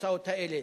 בתוצאות האלה